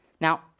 Now